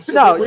no